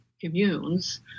communes